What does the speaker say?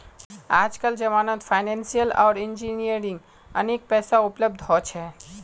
आजकल जमानत फाइनेंसियल आर इंजीनियरिंग अनेक पैसा उपलब्ध हो छे